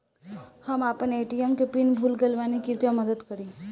हम आपन ए.टी.एम के पीन भूल गइल बानी कृपया मदद करी